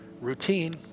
routine